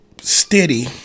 Steady